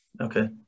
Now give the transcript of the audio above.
Okay